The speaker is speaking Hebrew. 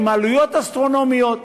עם עלויות אסטרונומיות?